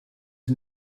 den